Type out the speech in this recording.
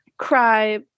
cry